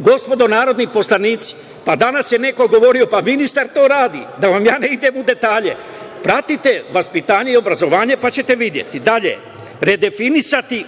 Gospodo narodni poslanici, danas je neko govorio, pa, ministar to radi. Da vam ja ne idem u detalje. Pratite vaspitanje i obrazovanje pa ćete videti. Dalje - redefinisati